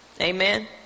Amen